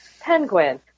Penguin